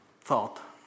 thought